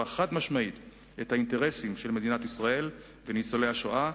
חד-משמעית את האינטרסים של מדינת ישראל וניצולי השואה,